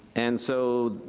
and so